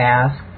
ask